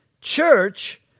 church